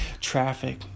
Traffic